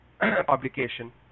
publication